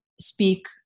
speak